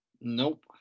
Nope